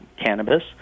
cannabis